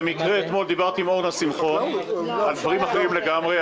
במקרה אתמול דיברתי עם אורנה שמחון על דברים אחרים לגמרי,